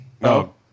No